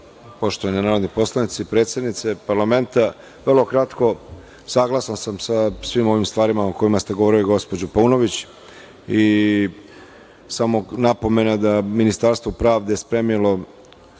lepo. Poštovani narodni poslanici, predsednice parlamenta, vrlo kratko. Saglasan sam sa svim ovim stvarima o kojima ste govorili, gospođo Paunović. Samo napomena da Ministarstvo pravde je spremilo